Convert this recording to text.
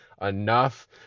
enough